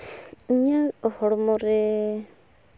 ᱤᱧᱟᱹᱜ ᱦᱚᱲᱢᱚ ᱨᱮ